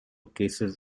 cases